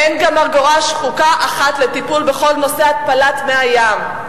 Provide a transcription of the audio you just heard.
אין גם אגורה שחוקה אחת לטיפול בכל נושא התפלת מי הים.